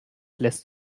lässt